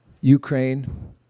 Ukraine